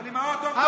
אבל אימהות עובדות.